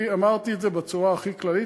אני אמרתי את זה בצורה הכי כללית.